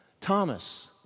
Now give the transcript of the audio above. Thomas